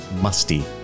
musty